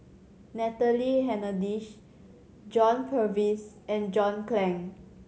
Natalie Hennedige John Purvis and John Clang